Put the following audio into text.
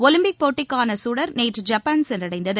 Olympic போட்டிக்கான சுடர் நேற்று ஜப்பான் சென்றடைந்தது